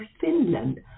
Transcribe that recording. Finland